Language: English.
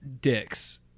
dicks